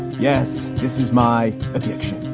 yes, this is my addiction.